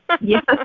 Yes